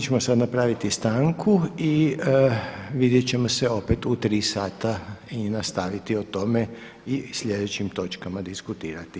Mi ćemo sad napraviti stanku i vidjet ćemo se opet u tri sata i nastaviti o tome i sljedećim točkama diskutirati.